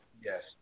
Yes